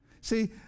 See